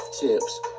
tips